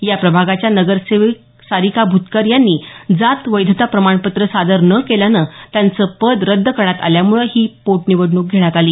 या प्रभागाच्या नगरसेवक सारिका भूतकर यांनी जात वैधता प्रमाणपत्र सादर न केल्याने त्यांचं पद रद्द करण्यात आल्यामुळे ही पोटनिवडणूक घेण्यात आली